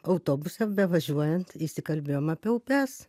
autobuse bevažiuojant įsikalbėjom apie upes